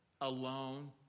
alone